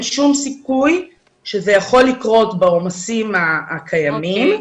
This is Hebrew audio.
שום סיכוי שזה יכול לקרות בעומסים הקיימים.